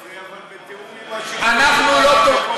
זה בתיאום עם השלטונות, אני לא מבין מה ההשוואה.